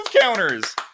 counters